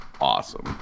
awesome